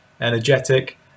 energetic